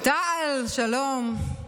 תע"ל, שלום.